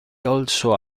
also